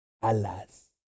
alas